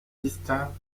distincts